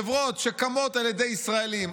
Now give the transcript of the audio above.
חברות שקמות על ידי ישראלים,